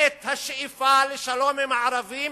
את השאיפה לשלום עם הערבים,